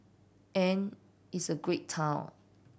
and it's a great town